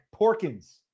Porkins